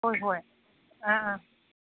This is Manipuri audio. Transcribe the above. ꯍꯣꯏ ꯍꯣꯏ ꯑꯥ ꯑꯥ